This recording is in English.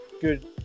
good